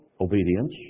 obedience